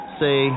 say